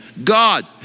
God